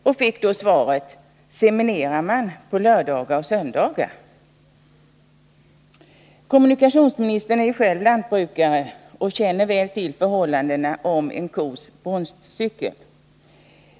Då fick han svaret: ”Seminerar man på lördagar och söndagar?” Kommunikationsministern är själv lantbrukare och känner väl till förhållandena när det gäller en kos brunstcykel.